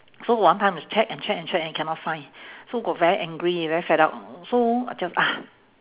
so one time is check and check and check and cannot find so got very angry very fed up so I just